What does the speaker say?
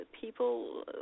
people